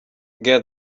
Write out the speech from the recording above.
get